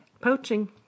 Poaching